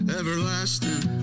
everlasting